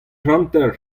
hanter